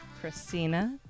Christina